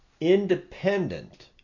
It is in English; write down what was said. independent